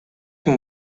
ким